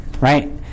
right